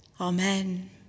Amen